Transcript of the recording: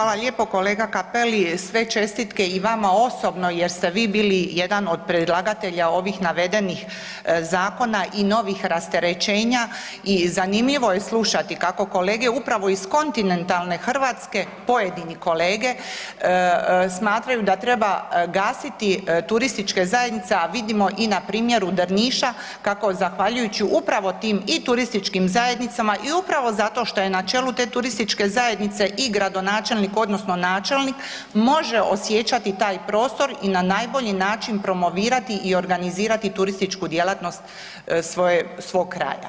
Hvala lijepo kolega Cappelli, sve čestitke i vama osobno jer ste vi bili jedan od predlagatelja ovih navedenih zakona i novih rasterećenja i zanimljivo je slušati kako kolege upravo iz kontinentalne Hrvatske, pojedini kolege smatraju da treba gasiti turističke zajednice, a vidimo i na primjeru Drniša kako zahvaljujući upravo tim i turističkim zajednicama i upravo zato što je na čelu te turističke zajednice i gradonačelnik odnosno načelnik može osjećati taj prostor i na najbolji način promovirati i organizirati turističku djelatnost svoje, svog kraja.